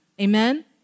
Amen